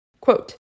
Quote